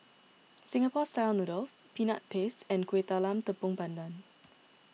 Singapore Style Noodles Peanut Paste and Kuih Talam Tepong Pandan